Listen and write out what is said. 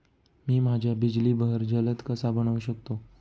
मी माझ्या बिजली बहर जलद कसा बनवू शकतो?